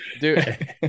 dude